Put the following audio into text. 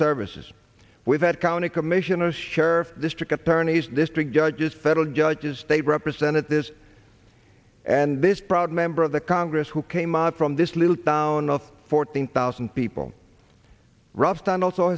services we've had county commissioners sheriffs district attorneys district judges federal judges state representatives and this proud member of the congress who came out from this little town of fourteen thousand people ruffed and also